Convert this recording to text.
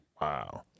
Wow